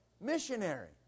missionary